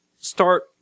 start